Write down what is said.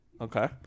Okay